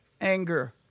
anger